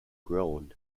grown